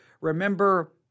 remember